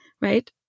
Right